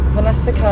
Vanessa